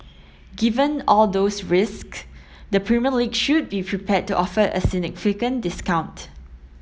given all those risks the Premier League should be prepared to offer a significant discount